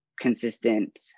consistent